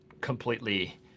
completely